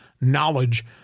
knowledge